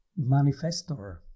Manifestor